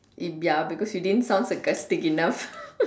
if ya because you didn't sound sarcastic enough